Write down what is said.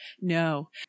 no